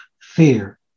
fear